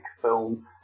film